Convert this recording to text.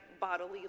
bodily